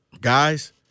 guys